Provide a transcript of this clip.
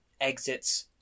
exits